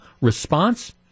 response